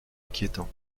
inquiétant